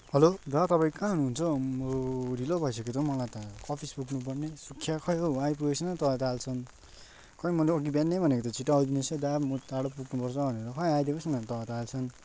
hello दा तपाईँ कहाँ हुनुहुन्छ हौ अम्बो ढिलो भइसक्यो त हौ मलाई त अफिस पुग्नु पर्ने सुखिया खोइ हौ आइपुगेको छैन त दा अहिलेसम्म खोइ मैले अघि बिहानै भनेको त छिटो आइदिनोस है दा म टाडो पुग्नुपर्छ भनेर खोइ आइदिएकै छैन त अहिलेसम्म